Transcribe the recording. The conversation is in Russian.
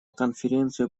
конференцию